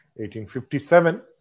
1857